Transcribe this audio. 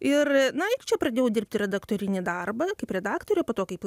ir na ir čia pradėjau dirbti redaktorinį darbą kaip redaktorė po to kaip